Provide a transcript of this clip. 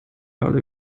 alle